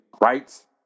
rights